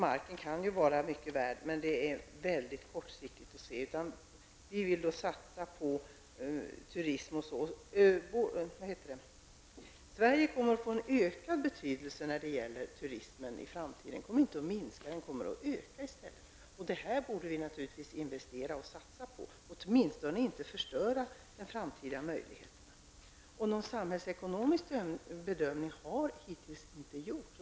Marken kan ju vara mycket värd, men det är ett väldigt kortsiktigt sätt att se saken på. Vi vill satsa på turism. Sverige kommer att få en ökad betydelse när det gäller turism i framtiden. Turistströmmen kommer inte att minska, utan den kommer att öka. Inlandsbanan borde vi naturligtvis investera i och satsa på -- åtminstone inte förstöra dess framtida möjligheter. Någon samhällsekonomisk bedömning har hittills inte gjorts.